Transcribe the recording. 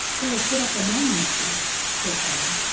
they will put up a monument to us, said harry,